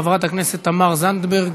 חברת הכנסת תמר זנדברג,